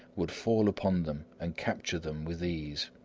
would fall upon them and capture them with ease.